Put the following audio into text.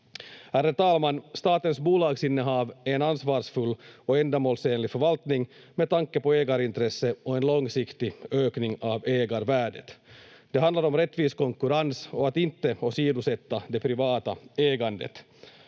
Ärade talman! Statens bolagsinnehav är en ansvarsfull och ändamålsenlig förvaltning med tanke på ägarintresset och en långsiktig ökning av ägarvärdet. Det handlar om rättvis konkurrens och att inte åsidosätta det privata ägandet.